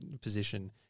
position